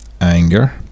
anger